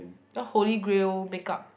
you know holy grail makeup